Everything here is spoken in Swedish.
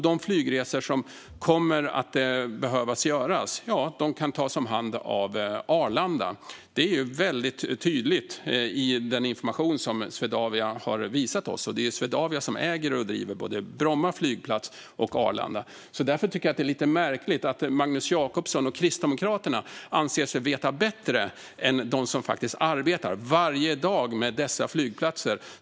De flygresor som kommer att behöva göras kan tas om hand av Arlanda. Det är väldigt tydligt i den information som Swedavia har visat oss. Det är Swedavia som äger och driver både Bromma flygplats och Arlanda. Därför tycker jag att det är lite märkligt att Magnus Jacobsson och Kristdemokraterna anser sig veta bättre än de som faktiskt arbetar varje dag med dessa flygplatser.